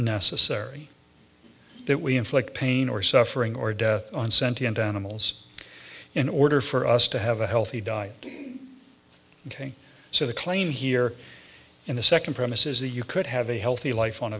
necessary that we inflict pain or suffering or death on sentience animals in order for us to have a healthy diet ok so the claim here in the second premise is that you could have a healthy life on a